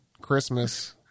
Christmas